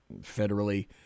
federally